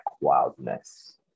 wildness